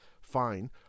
Fine